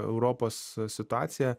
europos situaciją